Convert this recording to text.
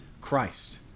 Christ